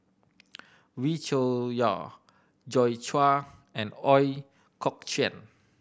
Wee Cho Yaw Joi Chua and Ooi Kok Chuen